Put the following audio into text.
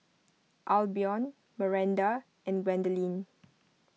Albion Maranda and Gwendolyn